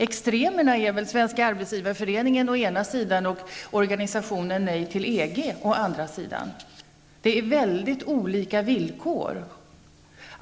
Extremfallen är Svenska arbetsgivareföreningen å ena sidan och organisationen Nej till EG å den andra sidan. Villkoren är mycket olika.